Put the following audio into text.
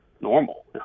normal